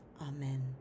amen